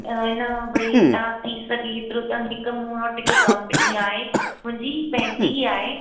ऐं न भई तव्हां थी सघे त थो हिक मूं वटि कम्पनी आहे उनजी पंहिंजी आहे